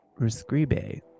Rescribe